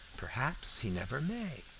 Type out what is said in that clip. perhaps he never may.